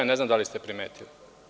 Ne znam da li ste primetili?